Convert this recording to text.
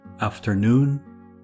afternoon